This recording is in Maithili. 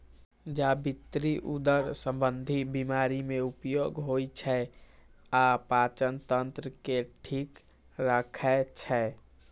जावित्री उदर संबंधी बीमारी मे उपयोग होइ छै आ पाचन तंत्र के ठीक राखै छै